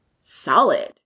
solid